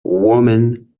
women